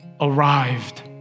arrived